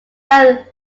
earl